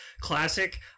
Classic